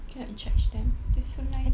cannot judge them they are so nice